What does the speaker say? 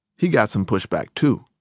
he got some pushback too.